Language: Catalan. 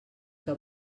que